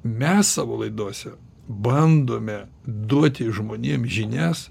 mes savo laidose bandome duoti žmonėm žinias